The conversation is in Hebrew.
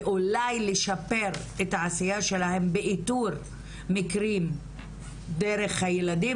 ואולי לשפר את העשייה שלהם באיתור מקרים דרך הילדים